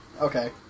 Okay